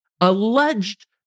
alleged